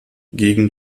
gegen